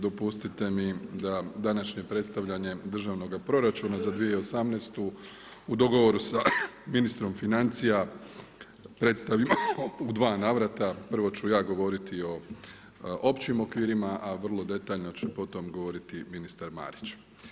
Dopustite mi da današnje predstavljanje državnog proračuna za 2018. u dogovoru sa ministrom financija predstavimo u 2 navrata, prvo ću ja govoriti o općim okvirima a vrlo detaljno će potom govoriti ministar Marić.